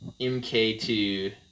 MK2